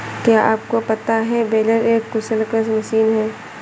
क्या आपको पता है बेलर एक कुशल कृषि मशीन है?